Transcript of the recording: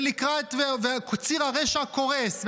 וציר הרשע קורס,